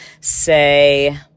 Say